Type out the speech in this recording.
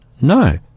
no